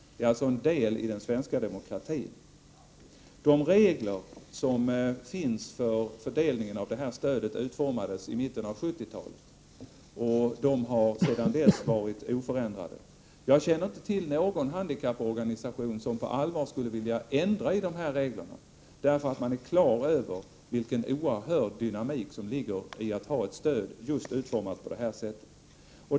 Det är alltså en del i den svenska demokratin. De regler som finns för fördelningen av stödet utformades i mitten av 1970-talet, och de har sedan dess varit oförändrade. Jag känner inte till någon handikapporganisation som på allvar skulle vilja ändra reglerna — man är på det klara med vilken oerhörd dynamik som ligger i att ha ett stöd utformat just på det här sättet.